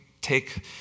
take